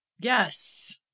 Yes